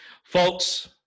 Folks